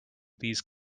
these